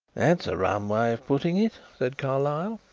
that's a rum way of putting it, said carlyle.